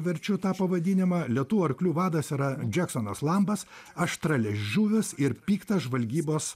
verčiu tą pavadinimą lėtų arklių vadas yra džeksonas lambas aštraliežiuvis ir piktas žvalgybos